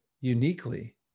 uniquely